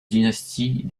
dynastie